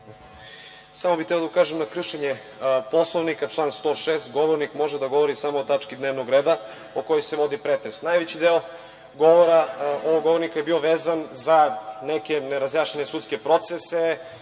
Samo bih hteo da ukažem na kršenje Poslovnika, član 106. – govornik može da govori samo o tački dnevnog reda o kojoj se vodi pretres. Najveći deo govora ovog govornika je bio vezan za neke nerazjašnjene sudske procese,